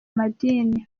madini